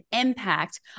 impact